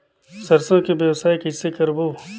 सरसो कौन व्यवसाय कइसे करबो?